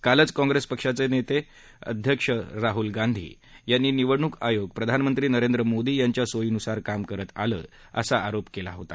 कालच काँप्रेस पक्षाचे अध्यक्ष राहूल गांधी यांनी निवडणूक आयोग प्रधानमंत्री नरेंद्र मोदी यांच्या सोयीन्सार काम करत आलं असा आरोप केला होता